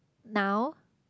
now